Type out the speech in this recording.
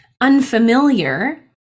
unfamiliar